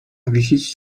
wisieć